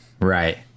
right